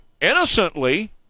innocently